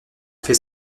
fait